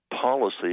policy